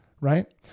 Right